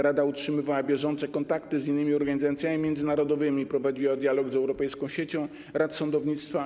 Rada utrzymywała bieżące kontakty z innymi organizacjami międzynarodowymi, prowadziła dialog z Europejską Siecią Rad Sądownictwa.